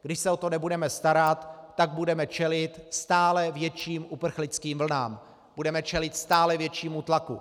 Když se o to nebudeme starat, tak budeme čelit stále větším uprchlickým vlnám, budeme čelit stále většímu tlaku.